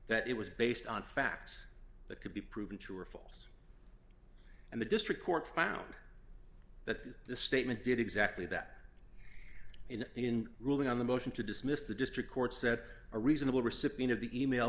that it was based on facts that could be proven true or false and the district court found that the statement did exactly that and in ruling on the motion to dismiss the district court said a reasonable recipient of the email